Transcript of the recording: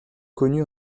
connu